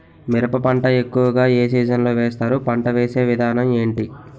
మిరప పంట ఎక్కువుగా ఏ సీజన్ లో వేస్తారు? పంట వేసే విధానం ఎంటి?